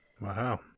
wow